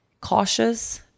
cautious